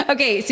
Okay